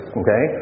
okay